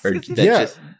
yes